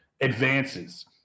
advances